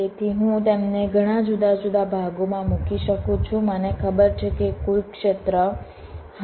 તેથી હું તેમને ઘણા જુદા જુદા ભાગોમાં મૂકી શકું છું મને ખબર છે કે કુલ ક્ષેત્ર 100 ચોરસ યુનિટ છે